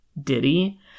Diddy